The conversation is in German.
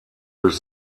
durch